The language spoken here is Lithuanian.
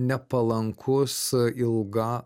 nepalankus a ilga